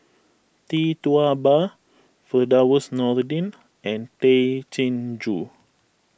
Tee Tua Ba Firdaus Nordin and Tay Chin Joo